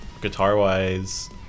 guitar-wise